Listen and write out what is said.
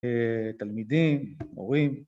תלמידים, מורים.